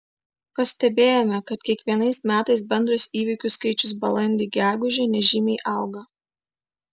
pastebėjome kad kiekvienais metais bendras įvykių skaičius balandį gegužę nežymiai auga